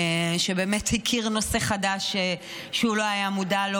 שבאמת הכיר נושא חדש שהוא לא היה מודע לו